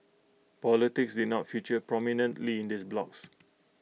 politics did not feature prominently in these blogs